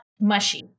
mushy